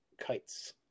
kites